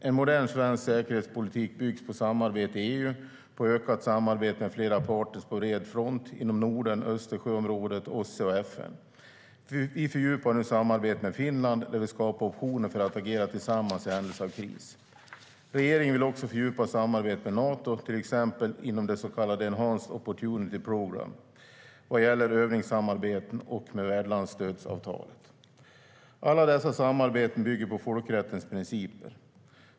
En modern svensk säkerhetspolitik byggs på samarbete i EU och på ökat samarbete med flera partner på bred front: inom Norden, Östersjöområdet, OSSE och FN. Vi fördjupar nu samarbetet med Finland, där vi skapar optioner för att agera tillsammans i händelse av kris. Regeringen vill också fördjupa samarbetet med Nato, till exempel inom det så kallade Enhanced Opportunities Programme , vad gäller övningssamarbeten och med värdlandsstödsavtalet. Alla dessa samarbeten bygger på folkrättens principer.